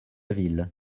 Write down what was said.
ville